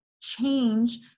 change